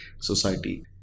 society